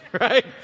right